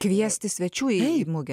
kviesti svečių į mugę